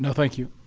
so thank you.